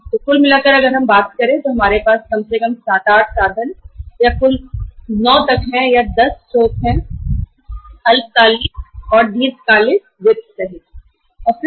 तो कोई मिला क्या अगर हम बात करें तो हमारे पास कम से कम 7 से 8 या ज्यादा से ज्यादा 9 से 10 स्रोत उपलब्ध है जिनमें सहज वित्त है